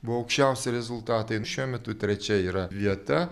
buvo aukščiausi rezultatai jin šiuo metu trečia yra vieta